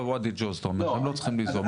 הנה גם בוואדי ג'וז אתה אומר שהם לא צריכים ליזום,